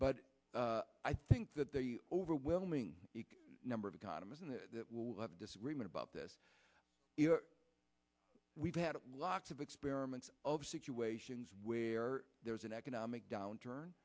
but i think that the overwhelming number of economists will have a disagreement about this we've had lots of experiments of situations where there is an economic downturn